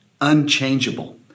unchangeable